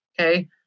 Okay